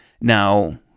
Now